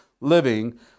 living